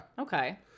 okay